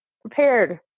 prepared